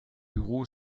büro